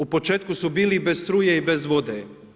U početku su bili i bez struje i bez vode.